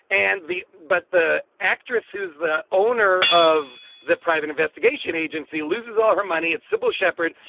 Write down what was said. and the but the actress who's the owner of the private investigation agency loses all her money at cybill shepherd.